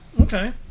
Okay